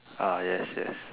ah yes yes